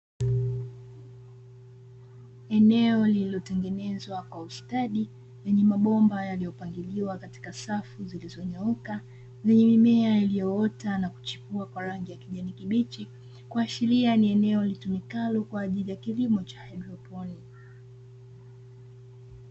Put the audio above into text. Eneo lililotengenezwa kwa ustadi, lenye mabomba yaliyopangiliwa katika safu zilizonyooka, zenye mimea iliyoota na kuchipua kwa rangi ya kijani kibichi, kuashiria ni eneo litumikalo kwa ajili ya kilimo cha haidroponi.